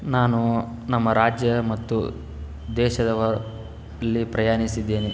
ನಾನು ನಮ್ಮ ರಾಜ್ಯ ಮತ್ತು ದೇಶದಲ್ಲಿ ಪ್ರಯಾಣಿಸಿದ್ದೇನೆ